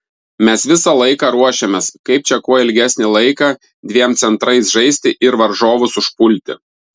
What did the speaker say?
mes visą laiką ruošėmės kaip čia kuo ilgesnį laiką dviem centrais žaisti ir varžovus užpulti